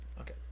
Okay